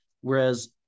whereas